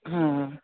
हां